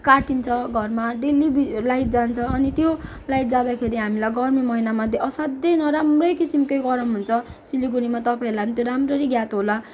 काटिन्छ घरमा डेली बिज लाइट जान्छ अनि त्यो लाइट जाँदाखेरि हामीलाई गर्मी महिनामा असाध्यै नराम्रै किसीमको गरम हुन्छ सिलगडीमा तपाईँहरूलाई पनि त्यो राम्ररी याद होला